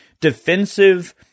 defensive